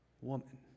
woman